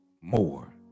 more